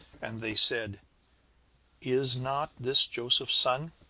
and they said is not this joseph's son